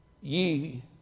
ye